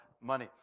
money